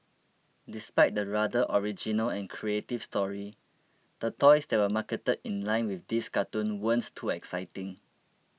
despite the rather original and creative story the toys that were marketed in line with this cartoon weren't too exciting